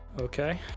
okay